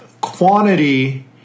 quantity